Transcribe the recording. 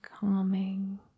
calming